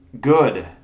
Good